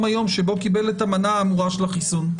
היום שבו קיבל את המנה האמורה של החיסון.